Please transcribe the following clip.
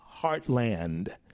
heartland